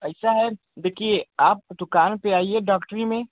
एसा है देखिये आप दुकान पर आइये डॉक्टरी में